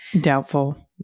Doubtful